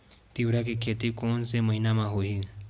तीवरा के खेती कोन से महिना म होही?